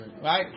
right